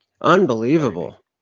Unbelievable